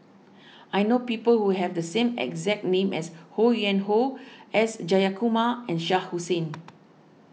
I know people who have the same exact name as Ho Yuen Hoe S Jayakumar and Shah Hussain